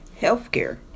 healthcare